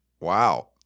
Wow